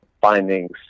findings